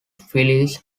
phillies